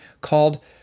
called